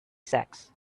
sacks